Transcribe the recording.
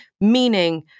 meaning